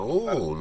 ברור.